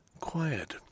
quiet